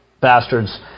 bastards